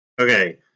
okay